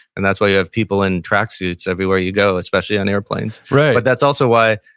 and that's why you have people in track suits everywhere you go, especially on airplanes but that's also why,